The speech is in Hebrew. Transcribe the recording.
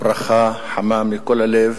ברכה חמה מכל הלב